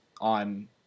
on